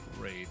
great